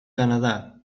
canadá